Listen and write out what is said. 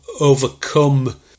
overcome